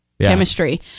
chemistry